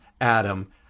Adam